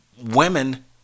women